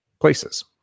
places